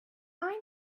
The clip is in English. mind